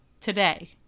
Today